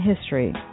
History